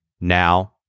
Now